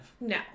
No